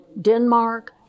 Denmark